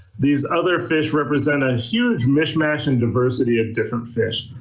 these other fish represent a huge mish-mash in diversity of different fish.